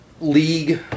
league